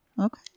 Okay